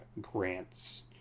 grants